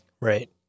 Right